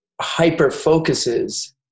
hyper-focuses